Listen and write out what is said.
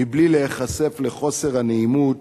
מבלי מהיחשף לחוסר הנעימות